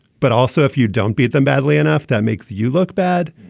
but also, if you don't beat them badly enough, that makes you look bad.